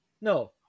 No